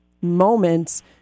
moments